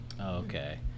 okay